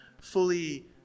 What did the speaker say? fully